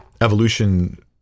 evolution